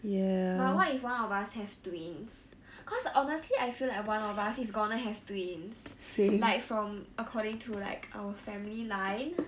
but what if one of us have twins cause honestly I feel like one of us is gonna have twins like from according to like our family line